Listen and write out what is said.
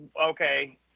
okay